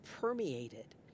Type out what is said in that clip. permeated